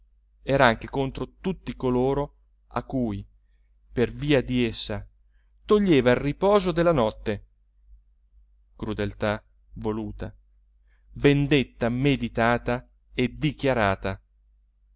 era anche contro tutti coloro a cui per via di essa toglieva il riposo della notte crudeltà voluta vendetta meditata e dichiarata